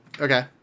Okay